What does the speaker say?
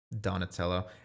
Donatello